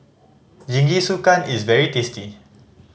jingisukan is very tasty